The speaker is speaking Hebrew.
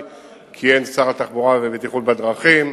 כיהן כשר התחבורה והבטיחות בדרכים.